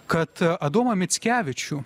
kad adomą mickevičių